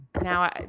now